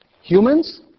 humans